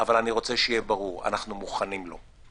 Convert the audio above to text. אבל אני רוצה שיהיה ברור: אנחנו מוכנים לו.